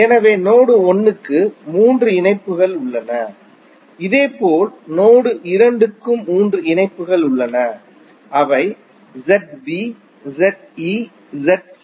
எனவே நோடு 1 க்கு மூன்று இணைப்புகள் உள்ளன இதேபோல் நோடு 2 க்கும் மூன்று இணைப்புகள் உள்ளன அவை ZB ZE ZC